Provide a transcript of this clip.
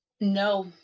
No